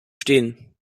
stehen